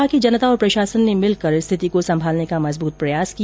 उन्होंने कहा कि जनता और प्रशासन ने मिलकर स्थिति को संभालने का मजबूत प्रयास किया